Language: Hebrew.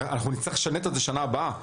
אנחנו נצטרך לשנות את זה בשנה הבאה,